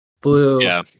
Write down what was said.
blue